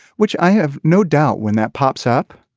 which i have no doubt when that pops up.